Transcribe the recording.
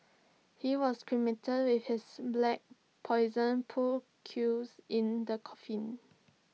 he was cremated with his black Poison pool cues in the coffin